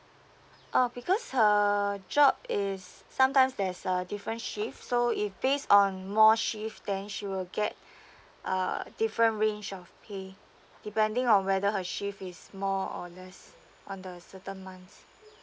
uh because her job is sometimes there's a different shifts so if based on more shift then she will get uh different range of pay depending on whether her shift is more or less on the certain months